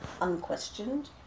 unquestioned